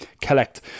collect